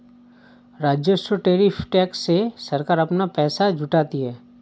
राजस्व tariff tax से सरकार अपना पैसा जुटाती है